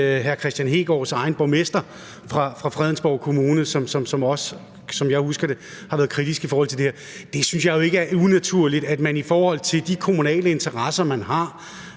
hr. Kristian Hegaards egen borgmester fra Fredensborg Kommune, som også – som jeg husker det – har været kritisk i forhold til det her. Det synes jeg jo ikke er unaturligt, altså at man i forhold til de kommunale interesser, man har,